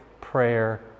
prayer